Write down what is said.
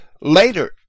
later